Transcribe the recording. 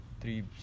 three